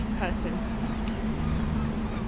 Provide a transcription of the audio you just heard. person